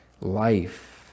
life